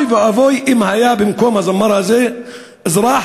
אוי ואבוי אם היה במקום הזמר הזה אזרח